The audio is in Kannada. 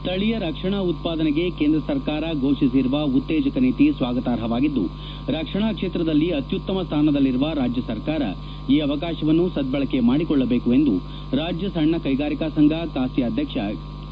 ಸ್ಥಳೀಯ ರಕ್ಷಣಾ ಉತ್ವಾದನೆಗೆ ಕೇಂದ್ರ ಸರ್ಕಾರ ಫೋಷಿಸಿರುವ ಉತ್ತೇಜಕ ನೀತಿ ಸ್ವಾಗತಾರ್ಹವಾಗಿದ್ದು ರಕ್ಷಣಾ ಕ್ಷೇತ್ರದಲ್ಲಿ ಅತ್ಯುತ್ತಮ ಸ್ವಾನದಲ್ಲಿರುವ ರಾಜ್ಯ ಸರ್ಕಾರ ಈ ಅವಕಾಶವನ್ನು ಸದ್ಬಳಕೆ ಮಾಡಿಕೊಳ್ಳಬೇಕು ಎಂದು ರಾಜ್ಯ ಸಣ್ಣ ಕೈಗಾರಿಕಾ ಸಂಘ ಕಾಸಿಯಾ ಅಧ್ಯಕ್ಷ ಕೆ